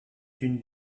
une